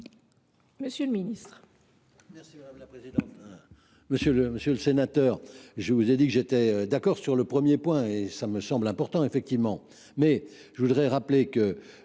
monsieur le ministre,